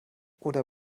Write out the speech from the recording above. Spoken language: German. oder